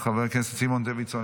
חברת הכנסת מיכל שיר סגמן,